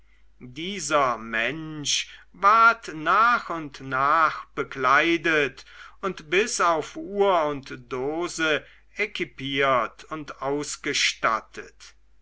dieser mensch ward nach und nach bekleidet und bis auf uhr und dose equipiert und ausgestattet